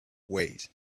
ways